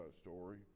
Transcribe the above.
story